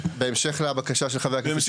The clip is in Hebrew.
בהמשך לבקשה של חה"כ שוסטר.